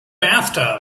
bathtub